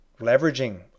leveraging